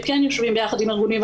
וכן יושבים ביחד עם הגורמים,